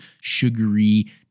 sugary